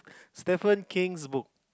Stephen-King's book